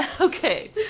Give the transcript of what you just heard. Okay